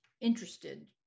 interested